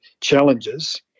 challenges